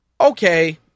Okay